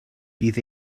bydd